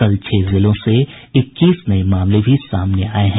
कल छह जिलों से इक्कीस नये मामले भी सामने आये हैं